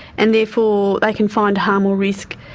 and therefore they can find harm or risk.